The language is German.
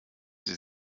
sie